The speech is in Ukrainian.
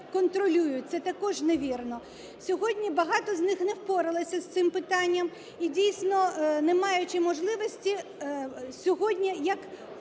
контролюють – це також невірно. Сьогодні багато з них не впоралося з цим питанням. І, дійсно, не маючи можливості сьогодні, як